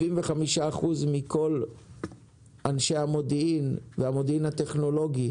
75% מכל אנשי המודיעין והמודיעין הטכנולוגי